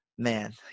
man